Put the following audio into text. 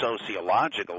sociological